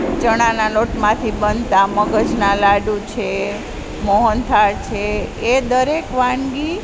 ચણાના લોટમાંથી બનતા મગજના લાડુ છે મોહનથાળ છે એ દરેક વાનગી